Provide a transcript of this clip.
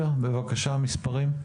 אני אתן קצת מספרים.